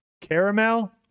caramel